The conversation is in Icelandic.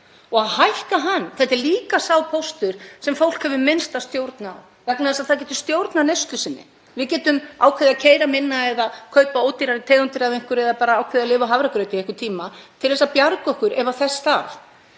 og hann hækkar. Þetta er líka sá póstur sem fólk hefur minnsta stjórn á. Það getur stjórnað neyslu sinni, við getum ákveðið að keyra minna eða kaupa ódýrari tegundir af einhverju eða bara ákveðið að lifa á hafragraut í einhvern tíma til að bjarga okkur ef þess þarf.